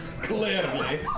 Clearly